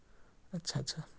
اچھا اچھا